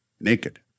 naked